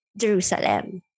Jerusalem